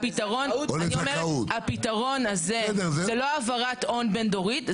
אני אומרת שהפתרון הזה הוא לא העברת הון בין-דורית,